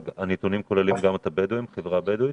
הנתונים כוללים גם את החברה הבדואית?